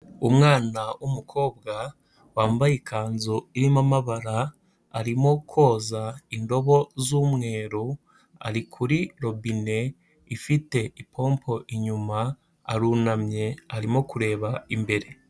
Umwana w'umukobwa wambaye ikanzu irimo amabara, arimo koza indobo z'umweru, ari kuri robine ifite ipompo inyuma, arunamye arimo kureba imbere.